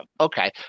okay